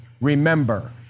remember